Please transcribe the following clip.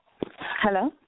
Hello